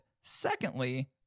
Secondly